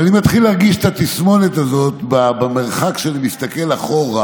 אבל אני מתחיל להרגיש את התסמונת הזאת במרחק שאני מסתכל אחורה.